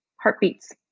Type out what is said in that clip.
heartbeats